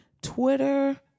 Twitter